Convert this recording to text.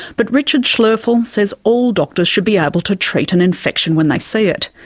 but richard schloeffel says all doctors should be able to treat an infection when they see it.